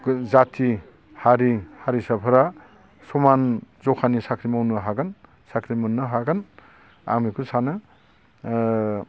जाथि हारि हारिसाफोरा समान जखानि साख्रि मावनो हागोन साख्रि मोननो हागोन आं बेखौ सानो ओ